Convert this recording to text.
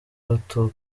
kuko